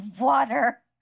water